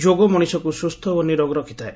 ଯୋଗ ମଣିଷକୁ ସ୍ବସ୍ସ ଓ ନିରୋଗୀ ରଖିଥାଏ